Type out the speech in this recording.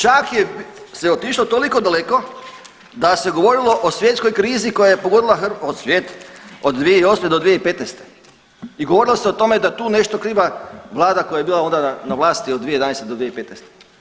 Čak se otišlo toliko daleko da se govorilo o svjetskoj krizi koja je pogodila svijet od 2008. do 2015. i govorilo se o tome da je tu nešto kriva vlada koja je bila onda na vlasti, od 2011. do 2015.